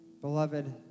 beloved